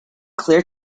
clear